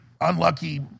unlucky